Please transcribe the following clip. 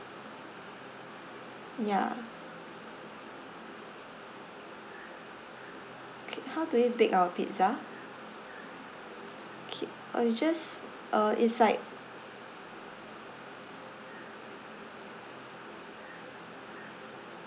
yeah K how do we bake our pizza K uh we just uh it's like